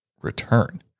return